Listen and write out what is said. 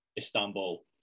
Istanbul